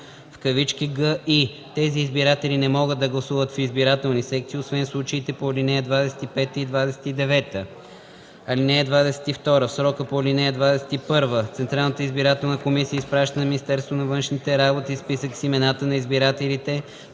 съкратено „ГИ”. Тези избиратели не могат да гласуват в избирателни секции, освен в случаите по ал. 25 и 29. (22) В срока по ал. 21 Централната избирателна комисия изпраща на Министерството на външните работи списък с имената на избирателите